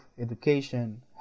education